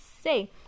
say